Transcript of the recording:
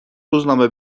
روزنامه